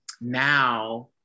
now